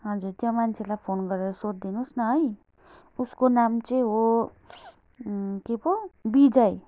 हजुर त्यो मान्छेलाई फोन गरेर सोधिदिनोस् न है उसको नाम चाहिँ हो के पो विजय